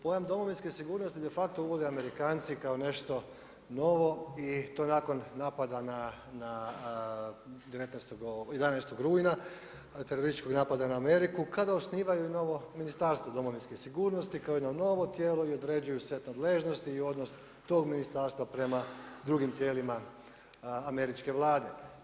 Pojam domovinske sigurnosti de facto uvode Amerikanci kao nešto novo i to nakon napada 11. rujna, terorističkog napada na Ameriku kada osnivaju i novo Ministarstvo domovinske sigurnosti kao jedno novo tijelo i određuju se nadležnosti i odnos tog ministarstva prema drugim tijelima američke vlade.